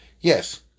Yes